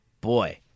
boy